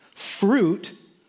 Fruit